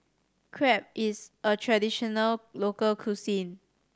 crepe is a traditional local cuisine